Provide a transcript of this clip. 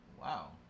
Wow